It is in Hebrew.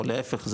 או להיפך,